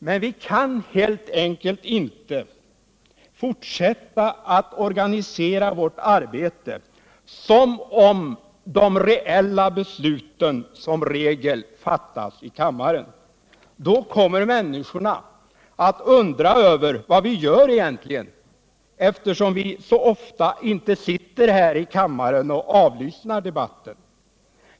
Men vi kan helt enkelt inte fortsätta att organisera vårt arbete som om de reella besluten som regel fattas i kammaren. Då kommer människorna att undra över vad vi egentligen gör, eftersom vi så ofta inte sitter här i kammaren och avlyssnar debatten.